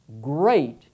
Great